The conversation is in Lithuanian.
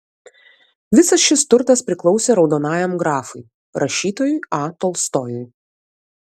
visas šis turtas priklausė raudonajam grafui rašytojui a tolstojui